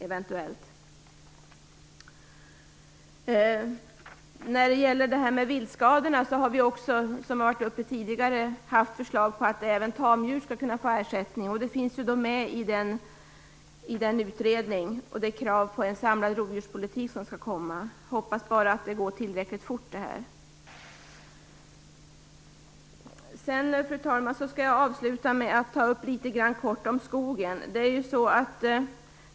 Som tidigare har tagits upp har Vänsterpartiet haft ett förslag om viltskadorna som innebär att man skulle kunna få ersättning även för tamdjur. Detta finns med i den utredning och det krav på en samlad rovdjurspolitik som skall komma. Hoppas bara att det går tillräckligt fort. Fru talman! Jag skall avsluta med att kort ta upp litet grand om skogen.